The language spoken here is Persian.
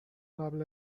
قبل